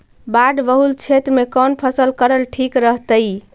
बाढ़ बहुल क्षेत्र में कौन फसल करल ठीक रहतइ?